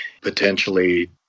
potentially